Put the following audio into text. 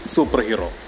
Superhero